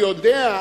אני יודע,